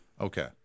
Okay